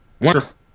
Wonderful